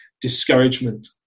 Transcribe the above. discouragement